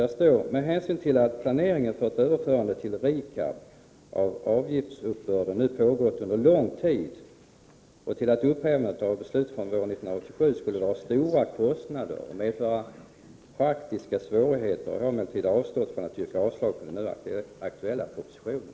Där står: ”Med hänsyn bl.a. till att planeringen för ett överförande till RIKAB av bl.a. avgiftsuppbörden nu pågått under lång tid och till att ett upphävande av beslutet våren 1987 skulle dra stora kostnader och medföra praktiska svårigheter har vi nu avstått från att yrka avslag på den nu aktuella propositionen.”